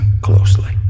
closely